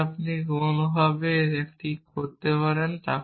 যদি আপনি কোনভাবে তাদের একই করতে পারেন